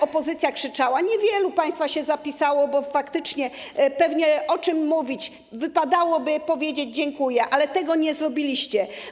Opozycja krzyczała - niewielu państwa się zapisało do głosu, bo faktycznie, o czym mówić - a wypadałoby powiedzieć: dziękuję, ale tego nie zrobiliście.